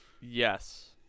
Yes